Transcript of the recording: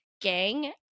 gang